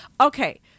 okay